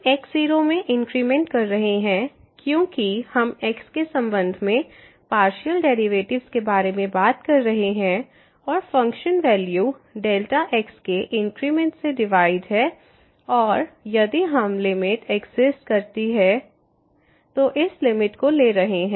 हम x0 में increment कर रहे हैं क्योंकि हम x के संबंध में पार्शियल डेरिवेटिव्स के बारे में बात कर रहे हैं और फ़ंक्शन वैल्यू डेल्टा x के इंक्रीमेंट से डिवाइड है और यदि यह लिमिट एग्जिस्ट करती है तो इस लिमिट को ले रहे हैं